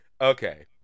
Okay